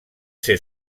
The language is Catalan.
ser